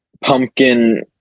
pumpkin